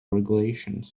regulations